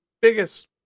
biggest